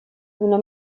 una